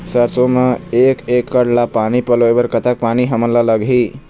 सरसों म एक एकड़ ला पानी पलोए म कतक पानी हमन ला लगही?